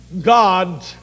God